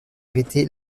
arrêté